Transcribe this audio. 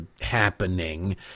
happening